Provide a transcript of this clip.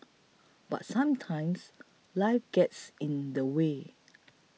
but sometimes life gets in the way